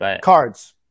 Cards